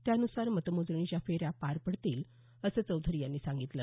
त्यानुसार मतमोजणीच्या फेऱ्या पार पडतील असं चौधरी यांनी सांगितलं